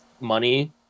money